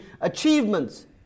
achievements